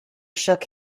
shook